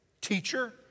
Teacher